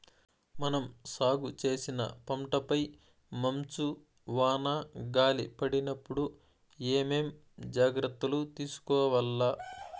మనం సాగు చేసిన పంటపై మంచు, వాన, గాలి పడినప్పుడు ఏమేం జాగ్రత్తలు తీసుకోవల్ల?